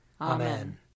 Amen